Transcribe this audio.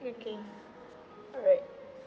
okay alright